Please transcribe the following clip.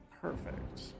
Perfect